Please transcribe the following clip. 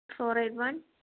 four eight one